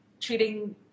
treating